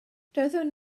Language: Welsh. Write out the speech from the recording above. doeddwn